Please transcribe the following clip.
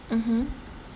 mmhmm